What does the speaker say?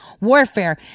warfare